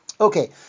Okay